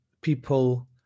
people